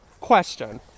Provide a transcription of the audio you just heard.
Question